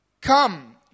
Come